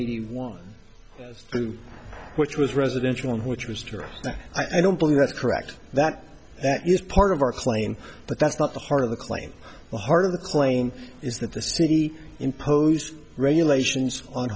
eighty one which was residential and which was during that i don't believe that's correct that that is part of our claim but that's not the heart of the claim the heart of the claim is that the city imposed regulations on